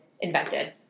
invented